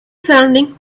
surrounding